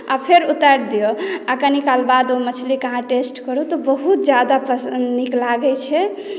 आ फेर उतारि दियौ आ कनि काल बाद ओहि मछलीकेँ अहाँ टेस्ट करू तऽ बहुत ज्यादा नीक लागैत छै